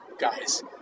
guys